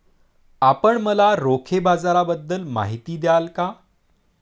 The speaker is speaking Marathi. आपण मला रोखे बाजाराबद्दल माहिती द्याल का?